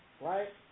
right